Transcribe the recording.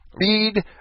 Read